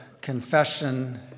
confession